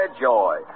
joy